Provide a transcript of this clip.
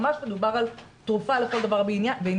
ממש מדובר על תרופה לכל דבר ועניין,